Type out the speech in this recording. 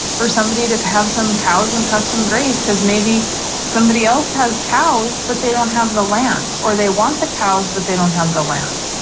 for somebody that has some cows and custom graze, cuz maybe somebody else has cows, but they don't have the land or they want the cows, but they don't have the land.